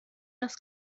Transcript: das